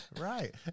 Right